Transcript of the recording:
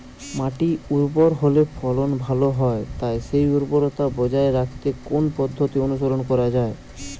মাটি উর্বর হলে ফলন ভালো হয় তাই সেই উর্বরতা বজায় রাখতে কোন পদ্ধতি অনুসরণ করা যায়?